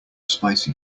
spicy